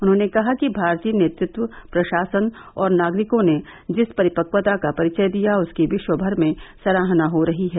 उन्हॉने कहा कि भारतीय नेतृत्व प्रशासन और नागरिकॉ ने जिस परिपक्वता का परिचय दिया उसकी विश्व भर में सराहना हो रही है